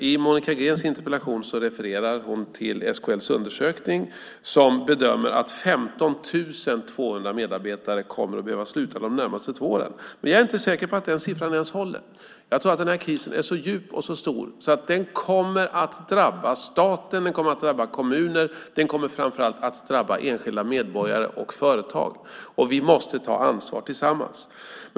I Monica Greens interpellation refereras till SKL:s undersökning, som bedömer att 15 200 medarbetare kommer att behöva sluta de närmaste två åren. Jag är inte säker på att ens den siffran håller. Jag tror att krisen är så djup och så stor att den kommer att drabba staten, kommuner och framför allt enskilda medborgare och företag. Vi måste ta ansvar tillsammans.